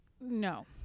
no